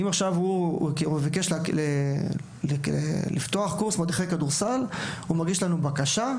אם הוא ביקש לפתוח קורס מדריכי כדורסל הוא מגיש לנו בקשה,